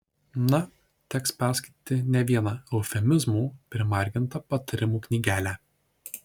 na teks perskaityti ne vieną eufemizmų primargintą patarimų knygelę